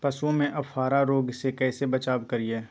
पशुओं में अफारा रोग से कैसे बचाव करिये?